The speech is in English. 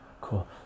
cool